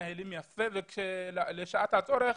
ובשעת הצורך,